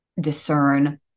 discern